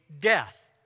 death